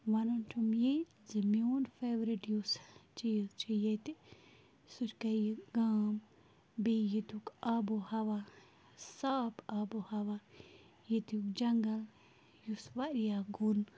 وَنُن چھُم یی زِ میون فیورِٹ یُس چیٖز چھُ ییٚتہِ سُہ گٔے یہِ گام بیٚیہِ ییٚتیُک آبو ہوا صاف آبو ہوا ییٚتیُک جَنگَل یُس واریاہ گوٚن